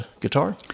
guitar